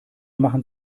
machen